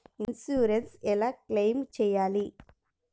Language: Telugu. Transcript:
ఇన్సూరెన్స్ ఎలా క్లెయిమ్ చేయాలి?